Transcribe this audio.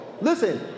Listen